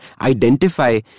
identify